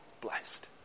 blessed